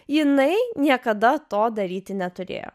jinai niekada to daryti neturėjo